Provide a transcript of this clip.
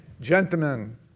Gentlemen